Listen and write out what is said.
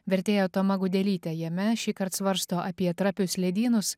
vertėja toma gudelytė jame šįkart svarsto apie trapius ledynus